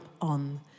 on